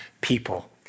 people